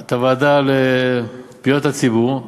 את הוועדה לפניות הציבור,